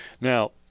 Now